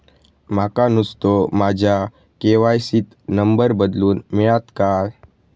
माका नुस्तो माझ्या के.वाय.सी त नंबर बदलून मिलात काय?